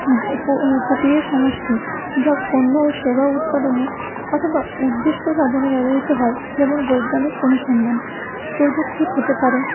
প্রক্রিয়া সমষ্টি যা পণ্য ও সেবা উৎপাদনে অথবা উদ্দেশ্য সাধনে ব্যবহৃত হয় যেমন বৈজ্ঞানিক অনুসন্ধান প্রযুক্তির হতে পারে